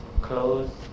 clothes